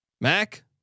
Mac